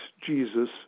Jesus